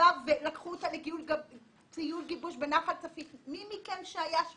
ולקחו אותה לטיול גיבוש בנחל צפית, נחל עם מצוקים